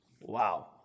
Wow